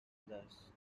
others